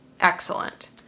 Excellent